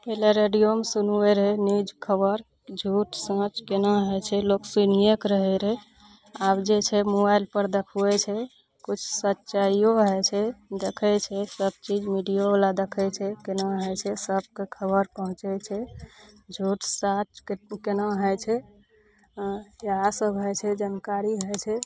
पहिले रेडियोमे सुनबै रहै न्यूज खबर झूठ साँच केना होइ छै लोक सुनियेके रहै रहै आब जे छै मोबाइल पर देखबै छै किछु सच्चाइयो भए जाइ छै देखै छै सब चीज मीडियो बला देखै छै केना होइ छै सबके खबर पहुँचै छै झूठ साँच केना होइ छै हँ इहए सब होइ छै जनकारी होइ छै